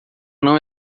não